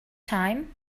time